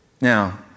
Now